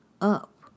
up